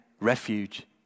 refuge